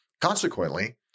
Consequently